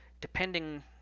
depending